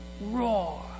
roar